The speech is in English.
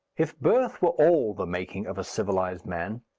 if birth were all the making of a civilized man,